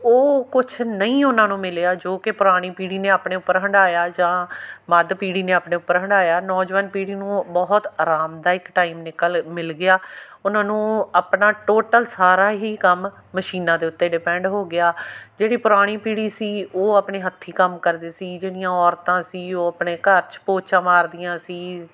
ਉਹ ਕੁਛ ਨਹੀਂ ਉਹਨਾਂ ਨੂੰ ਮਿਲਿਆ ਜੋ ਕਿ ਪੁਰਾਣੀ ਪੀੜ੍ਹੀ ਨੇ ਆਪਣੇ ਉੱਪਰ ਹੰਢਾਇਆ ਜਾਂ ਮੱਧ ਪੀੜ੍ਹੀ ਨੇ ਆਪਣੇ ਉੱਪਰ ਹੰਢਾਇਆ ਨੌਜਵਾਨ ਪੀੜ੍ਹੀ ਨੂੰ ਬਹੁਤ ਆਰਾਮਦਾਇਕ ਟਾਈਮ ਨਿਕਲ ਮਿਲ ਗਿਆ ਉਹਨਾਂ ਨੂੰ ਆਪਣਾ ਟੋਟਲ ਸਾਰਾ ਹੀ ਕੰਮ ਮਸ਼ੀਨਾਂ ਦੇ ਉੱਤੇ ਡਿਪੈਂਡ ਹੋ ਗਿਆ ਜਿਹੜੀ ਪੁਰਾਣੀ ਪੀੜ੍ਹੀ ਸੀ ਉਹ ਆਪਣੇ ਹੱਥੀਂ ਕੰਮ ਕਰਦੇ ਸੀ ਜਿਹੜੀਆਂ ਔਰਤਾਂ ਸੀ ਉਹ ਆਪਣੇ ਘਰ 'ਚ ਪੋਚਾ ਮਾਰਦੀਆਂ ਸੀ